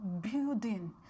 building